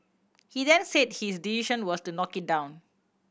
he then said his decision was to knock it down